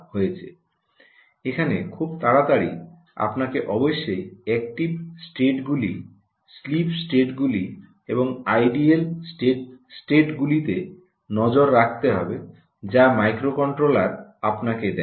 এখানে খুব তাড়াতাড়ি আপনাকে অবশ্যই অ্যাক্টিভ স্টেটগুলি স্লিপ স্টেটগুলি এবং আইডেল স্টেটগুলিতে নজর রাখতে হবে যা মাইক্রোকন্ট্রোলার আপনাকে দেয়